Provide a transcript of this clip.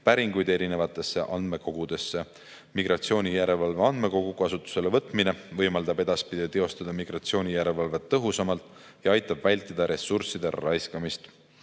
päringuid erinevatesse andmekogudesse. Migratsioonijärelevalve andmekogu kasutusele võtmine võimaldab edaspidi teostada migratsioonijärelevalvet tõhusamalt ja aitab vältida ressursside raiskamist.